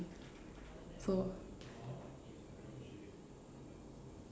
so